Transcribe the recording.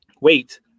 wait